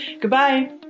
Goodbye